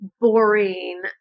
boring